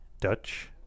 Dutch